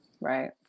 Right